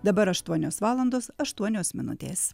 dabar aštuonios valandos aštuonios minutės